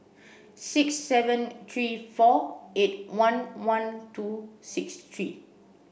six seven three four eight one one two six three